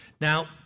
Now